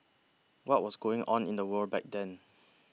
what was going on in the world back then